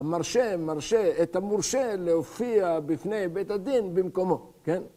מרשה, מרשה את המורשה להופיע בפני בית הדין במקומו, כן?